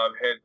head